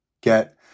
get